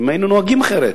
אם היינו נוהגים אחרת.